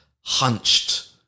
hunched